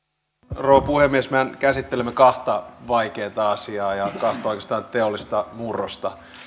rouva puhemies mehän käsittelemme kahta vaikeaa asiaa ja kahta oikeastaan teollista murrosta